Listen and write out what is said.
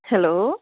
hello